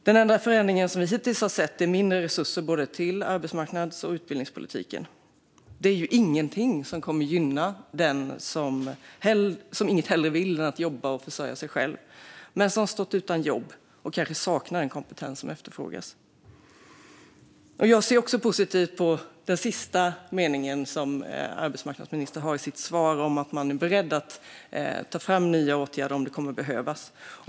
Den enda förändring vi hittills har sett är mindre resurser till både arbetsmarknads och utbildningspolitiken. Det är ingenting som kommer att gynna den som inget hellre vill än att jobba och försörja sig själv men som har stått utan jobb och kanske saknar den kompetens som efterfrågas. Jag ser positivt på den sista meningen i arbetsmarknadsministerns svar, det vill säga att man är beredd att ta fram nya åtgärder om det behövs.